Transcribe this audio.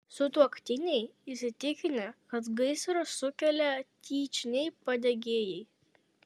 sutuoktiniai įsitikinę kad gaisrą sukėlė tyčiniai padegėjai